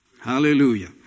Hallelujah